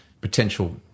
potential